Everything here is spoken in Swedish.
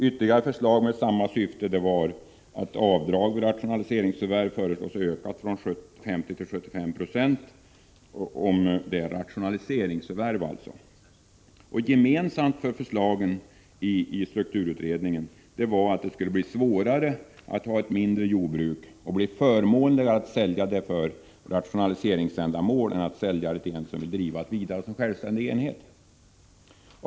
Ytterligare förslag med samma syfte var att avdrag vid rationaliseringsförvärv skulle ökas från 50 till 75 70 av skogens och skogsmarkens anskaffningsvärde. Gemensamt för förslagen i strukturutredningen var att det skulle bli svårare att ha ett mindre jordbruk och förmånligare att sälja ett jordbruk för rationaliseringsändamål än att sälja det till en som ville driva det vidare som självständig enhet.